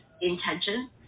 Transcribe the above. intention